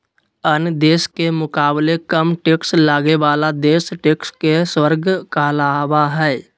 अन्य देश के मुकाबले कम टैक्स लगे बाला देश टैक्स के स्वर्ग कहलावा हई